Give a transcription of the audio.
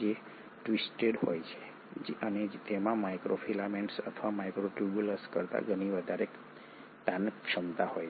જે ટ્વિસ્ટેડ હોય છે અને તેમાં માઇક્રોફિલામેન્ટ્સ અથવા માઇક્રોટ્યુબ્યુલ્સ કરતા ઘણી વધારે તાણ ક્ષમતા હોય છે